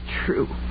true